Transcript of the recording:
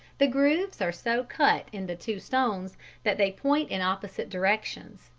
the grooves are so cut in the two stones that they point in opposite directions,